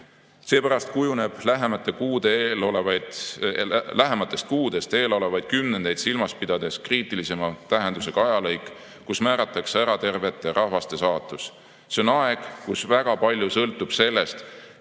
näinud. Seepärast kujuneb lähematest kuudest eelolevaid kümnendeid silmas pidades kriitilisema tähendusega ajalõik, kus määratakse ära tervete rahvaste saatus. See on aeg, kus väga palju sõltub sellest,